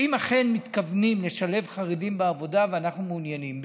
שאם אכן מתכוונים לשלב חרדים בעבודה ואנחנו מעוניינים בזה,